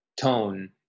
tone